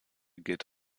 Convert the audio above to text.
gilt